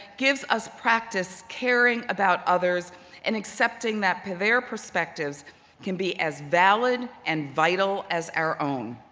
gives us practice caring about others and accepting that their perspectives can be as valid and vital as our own.